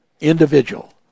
individual